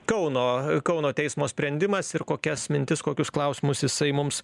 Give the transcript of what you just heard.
kauno kauno teismo sprendimas ir kokias mintis kokius klausimus jisai mums